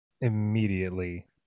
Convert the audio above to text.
immediately